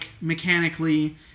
mechanically